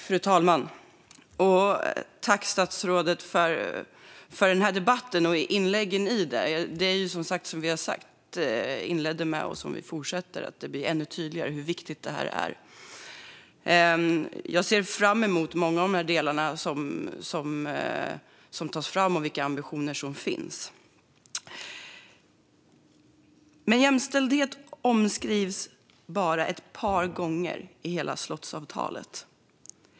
Fru talman! Tack, statsrådet, för inläggen i den här debatten! Som vi inledde med och som vi fortsätter att säga blir det ännu tydligare hur viktigt det här är. Jag ser fram emot många av de delar som ska tas fram och de ambitioner som finns. Jämställdhet omskrivs bara ett par gånger i hela slottsavtalet.